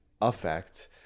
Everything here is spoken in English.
affect